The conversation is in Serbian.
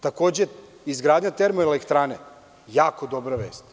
Takođe, izgradnja termoelektrane je jako dobra vest.